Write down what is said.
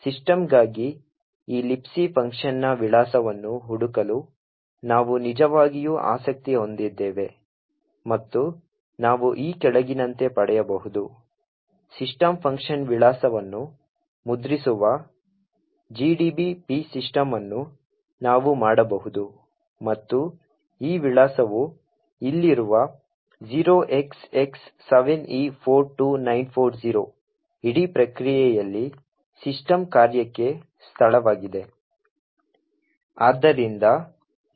ಸಿಸ್ಟಮ್ಗಾಗಿ ಈ Libc ಫಂಕ್ಷನ್ನ ವಿಳಾಸವನ್ನು ಹುಡುಕಲು ನಾವು ನಿಜವಾಗಿಯೂ ಆಸಕ್ತಿ ಹೊಂದಿದ್ದೇವೆ ಮತ್ತು ನಾವು ಈ ಕೆಳಗಿನಂತೆ ಪಡೆಯಬಹುದು ಸಿಸ್ಟಂ ಫಂಕ್ಷನ್ ವಿಳಾಸವನ್ನು ಮುದ್ರಿಸುವ gdb p system ಅನ್ನು ನಾವು ಮಾಡಬಹುದು ಮತ್ತು ಈ ವಿಳಾಸವು ಇಲ್ಲಿರುವ 0XX7E42940 ಇಡೀ ಪ್ರಕ್ರಿಯೆಯಲ್ಲಿ ಸಿಸ್ಟಮ್ ಕಾರ್ಯಕೆ ಸ್ಥಳವಾಗಿದೆ